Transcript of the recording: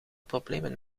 problemen